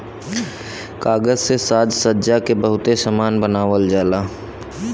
कागज से साजसज्जा के बहुते सामान बनावल जाला